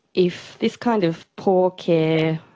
if this kind of poor care,